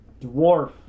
dwarf